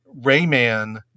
Rayman